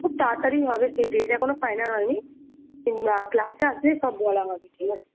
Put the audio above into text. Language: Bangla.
খুব তাড়াতাড়িই হবে সে ডেট এখনও ফাইনাল হয়নি তোমরা ক্লাসে আসলেই সব বলা হবে ঠিক আছে